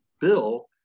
bill